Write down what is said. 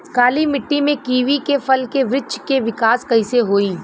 काली मिट्टी में कीवी के फल के बृछ के विकास कइसे होई?